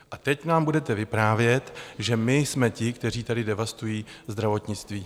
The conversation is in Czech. A teď nám budete vyprávět, že my jsme ti, kteří tady devastují zdravotnictví.